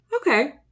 Okay